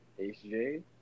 HJ